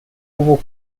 oval